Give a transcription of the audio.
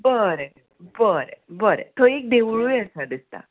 बरें बरें बरें थंय एक देवूळय आसा दिसता